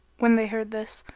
when they heard this,